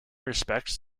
respects